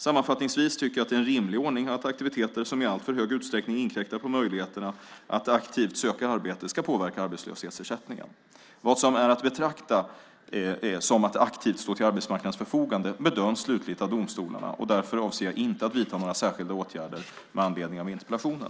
Sammanfattningsvis tycker jag att det är en rimlig ordning att aktiviteter som i alltför hög utsträckning inkräktar på möjligheterna att aktivt söka arbete ska påverka arbetslöshetsersättningen. Vad som är att betrakta som att aktivt stå till arbetsmarknadens förfogande bedöms slutgiltigt av domstolarna och därför avser jag inte att vidta några särskilda åtgärder med anledning av interpellationen.